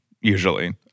usually